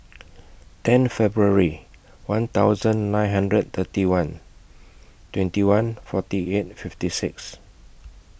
ten Feburary one thousand nine hundred and thirty one twenty one forty eight fifty six